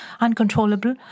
uncontrollable